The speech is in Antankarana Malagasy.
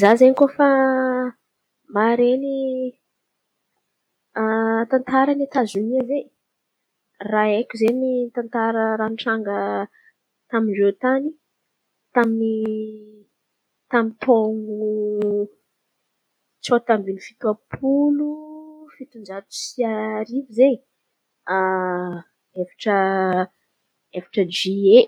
Za zen̈y fa maharen̈y tantaran’i Etazonia zen̈y raha aiko zen̈y tantara nitranga tamin-drô tan̈y, tamin’ny tamin’ny taon̈ô tsaota amby fitom-polo fiton-jato sy arivo izen̈y efatra zie,